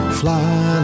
fly